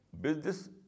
business